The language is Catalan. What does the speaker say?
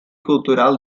cultural